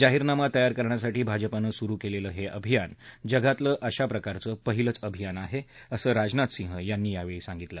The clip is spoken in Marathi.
जाहीरनामा तयार करण्यासाठी भाजपनं सुरु कलितीहअभियान जगातलं अशाप्रकारचं पहिलंच अभियान आह्य असं राजनाथ सिंह यावळी म्हणाले